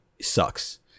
sucks